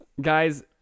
Guys